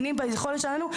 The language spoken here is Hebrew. וביכולת שלנו.